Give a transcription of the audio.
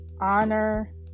honor